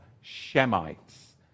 Shemites